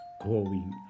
growing